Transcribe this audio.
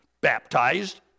baptized